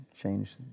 change